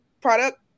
product